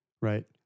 Right